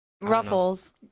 Ruffles